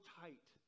tight